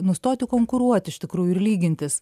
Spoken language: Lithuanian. nustoti konkuruoti iš tikrųjų ir lygintis